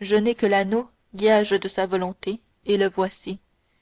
je n'ai que l'anneau gage de sa volonté et le voici